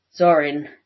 Zorin